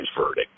verdict